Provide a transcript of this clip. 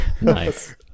Nice